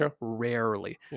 Rarely